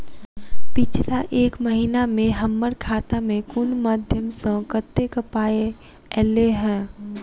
पिछला एक महीना मे हम्मर खाता मे कुन मध्यमे सऽ कत्तेक पाई ऐलई ह?